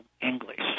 English